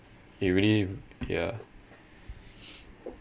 it really ya